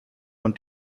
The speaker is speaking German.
und